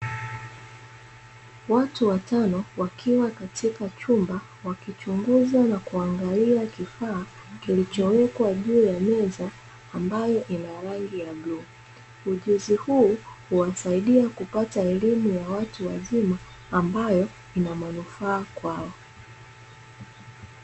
Watu watano wakiwa katika chumba wakichunguza na kuangalia kifaa kilichowekwa juu ya meza ambayo ina rangi ya bluu. Ujuzi huu huwasaidia kupata elimu ya watu wazima ambayo ina manufaa kwao.